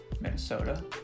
Minnesota